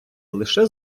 лише